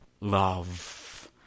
love